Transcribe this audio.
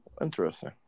interesting